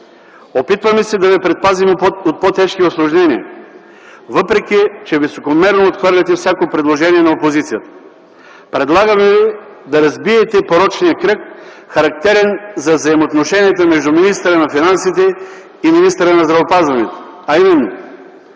Опитваме се да ви предпазим от по-тежки усложнения, въпреки че високомерно отхвърляте всяко предложение на опозицията. Предлагаме ви да разбиете порочния кръг, характерен за взаимоотношенията между министъра на финансите и министъра на здравеопазването, а именно: